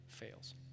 fails